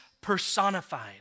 personified